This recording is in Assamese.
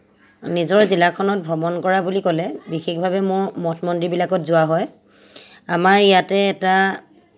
নিজৰ জিলাখনত ভ্ৰমণ কৰা বুলি ক'লে বিশেষভাৱে মই মঠ মন্দিৰবিলাকত যোৱা হয় আমাৰ ইয়াতে এটা